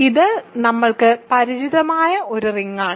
ഇത് നമ്മൾക്ക് പരിചിതമായ ഒരു റിങ്ങാണ്